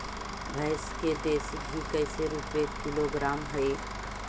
भैंस के देसी घी कैसे रूपये किलोग्राम हई?